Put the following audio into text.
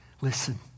listen